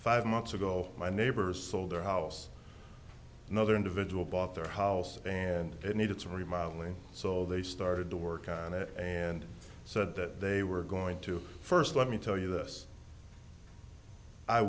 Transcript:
five months ago my neighbors sold their house another individual bought their house and it needed some remodelling so they started to work on it and said that they were going to first let me tell you this i